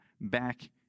back